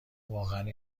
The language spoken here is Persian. واقعا